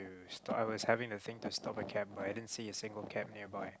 too I was having the thing to stop a cab but i didn't see a single cab nearby